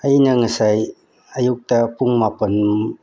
ꯑꯩꯅ ꯉꯁꯥꯏ ꯑꯌꯨꯛꯇ ꯄꯨꯡ ꯃꯥꯄꯜ